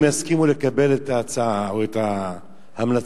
יסכימו לקבל את ההצעה או את ההמלצות.